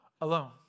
alone